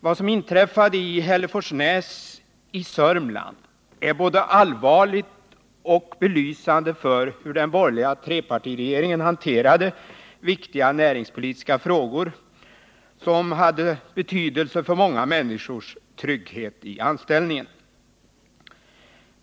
Vad som inträffade i Hälleforsnäs i Sörmland är både allvarligt och belysande för hur den borgerliga trepartiregeringen hanterade viktiga näringspolitiska frågor som hade betydelse för många människors trygghet i anställningen.